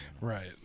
Right